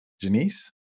Janice